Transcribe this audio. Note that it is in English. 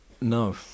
No